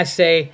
say